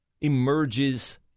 emerges